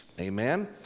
amen